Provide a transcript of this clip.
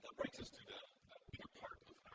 but brings us to the bigger part of